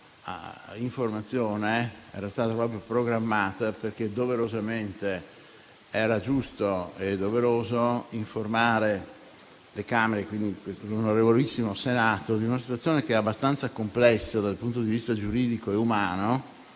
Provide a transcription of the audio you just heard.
informativa era stata programmata perché era giusto e doveroso informare le Camere - e quindi questo onorevolissimo Senato - di una situazione che è abbastanza complessa dal punto di vista giuridico e umano